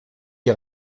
die